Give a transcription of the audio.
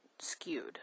skewed